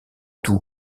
tout